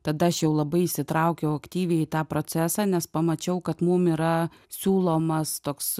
tada aš jau labai įsitraukiau aktyviai į tą procesą nes pamačiau kad mum yra siūlomas toks